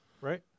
right